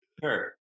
Sure